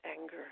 anger